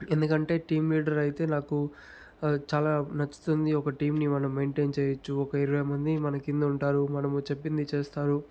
ఎందుకంటే team leader అయితే నాకు చాలా నచ్చుతుంది ఒక టీంని మనం మెయింటైన్ చేయచ్చు ఒక ఇరవై మంది మన కింద ఉంటారు మనము చెప్పింది చేస్తారు